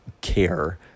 care